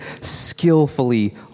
skillfully